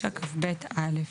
49כב(א).".